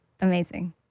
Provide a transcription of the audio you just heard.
amazing